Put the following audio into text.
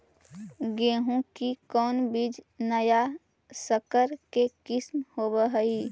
गेहू की कोन बीज नया सकर के किस्म होब हय?